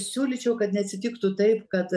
siūlyčiau kad neatsitiktų taip kad